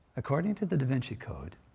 according to the da vinci code,